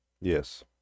Yes